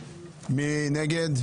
6. מי נגד?